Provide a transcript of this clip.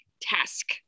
task